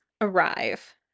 arrive